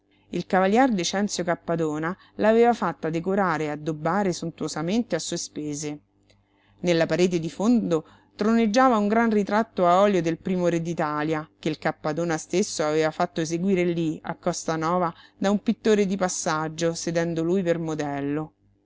il cavalier decenzio cappadona l'aveva fatta decorare e addobbare sontuosamente a sue spese nella parete di fondo troneggiava un gran ritratto a olio del primo re d'italia che il cappadona stesso aveva fatto eseguire lí a costanova da un pittore di passaggio sedendo lui per modello